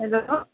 hello